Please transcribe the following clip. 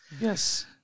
Yes